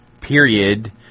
period